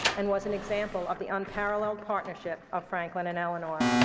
and was an example of the unparalleled partnership of franklin and eleanor.